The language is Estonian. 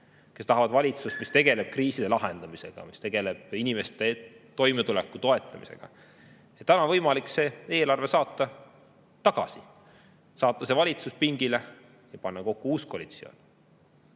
kes tahavad valitsust, mis tegeleb kriiside lahendamisega, mis tegeleb inimeste toimetuleku toetamisega, on: täna on võimalik see eelarve tagasi saata, saata see valitsus pingile ja panna kokku uus koalitsioon.